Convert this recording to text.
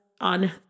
on